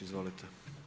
Izvolite.